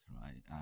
right